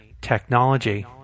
technology